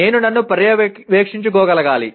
నేను నన్ను పర్యవేక్షించుకోగలగాలి